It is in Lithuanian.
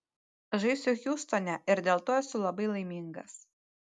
žaisiu hjustone ir dėl to esu labai laimingas